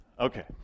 Okay